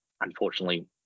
unfortunately